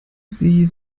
sie